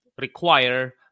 require